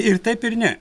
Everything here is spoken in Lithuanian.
ir taip ir ne